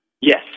Yes